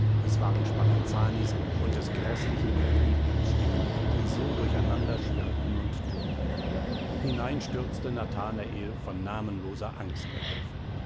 es waren spalanzanis und des gräßlichen coppelius stimmen die so durcheinander schwirrten und tobten hinein stürzte nathanael von namenloser angst ergriffen